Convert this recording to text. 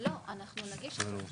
לא, אנחנו נגיש אותו.